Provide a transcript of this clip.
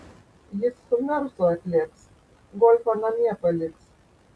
jis su mersu atlėks golfą namie paliks